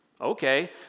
Okay